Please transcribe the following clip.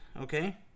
okay